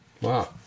wow